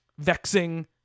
vexing